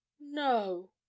No